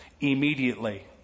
Immediately